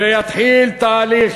ויתחיל תהליך,